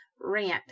rant